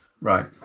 Right